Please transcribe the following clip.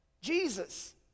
Jesus